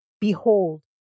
Behold